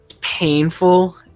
painful